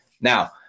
Now